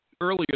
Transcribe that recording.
earlier